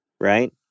right